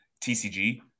TCG